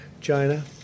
China